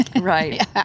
Right